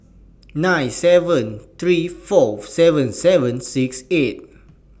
nine seven three four seven seven six eight